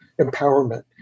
empowerment